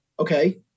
Okay